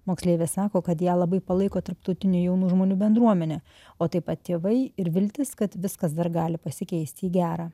moksleivė sako kad ją labai palaiko tarptautinė jaunų žmonių bendruomenė o taip pat tėvai ir viltis kad viskas dar gali pasikeisti į gera